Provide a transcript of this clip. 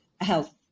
health